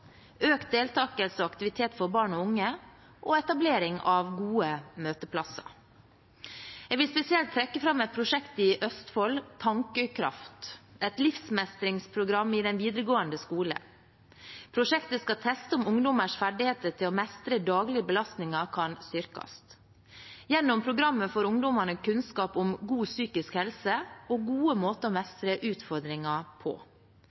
økt deltakelse og aktivitet for barn og unge og etablering av gode møteplasser. Jeg vil spesielt trekke fram et prosjekt i Østfold: Tankekraft – et livsmestringsprogram for elever i den videregående skole. Prosjektet skal teste om ungdommers ferdigheter til å mestre daglige belastninger kan styrkes. Gjennom programmet får ungdommene kunnskap om god psykisk helse og gode måter å mestre utfordringer på.